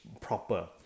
proper